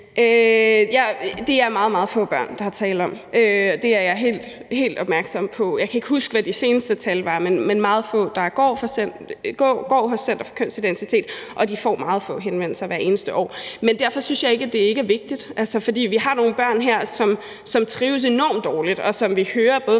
meget, meget få børn, der er tale om. Det er jeg helt opmærksom på. Jeg kan ikke huske, hvad de seneste tal er, men det er meget få, der går hos Center for Kønsidentitet, og de får meget få henvendelser hvert år. Men derfor synes jeg ikke, at det ikke er vigtigt. For vi har nogle børn her, som trives enormt dårligt, og vi hører både